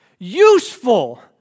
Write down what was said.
useful